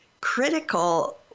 critical